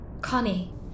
Connie